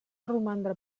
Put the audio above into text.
romandre